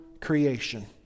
creation